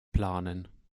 planen